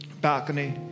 balcony